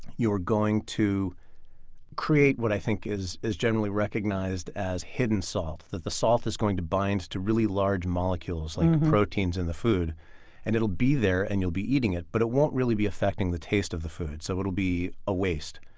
you are going to create what i think is is generally recognized as hidden salt. the the salt is going to bind to really large molecules like proteins in the food and it'll be there, and you'll be eating it, but it won't really be affecting the taste of the food, so it will be a waste.